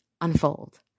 unfold